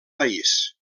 país